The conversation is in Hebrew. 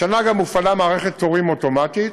השנה גם הופעלה מערכת תורים אוטומטית